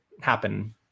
happen